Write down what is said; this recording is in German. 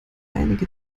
einige